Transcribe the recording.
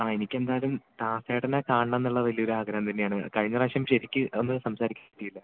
ആ എനിക്കെന്തായാലും ദാസേട്ടനെ കാണണം എന്നുള്ള വലിയ ആഗ്രഹം തന്നെയാണ് കഴിഞ്ഞ പ്രാവശ്യം ശരിക്ക് ഒന്ന് സംസാരിക്കാൻ പറ്റിയില്ല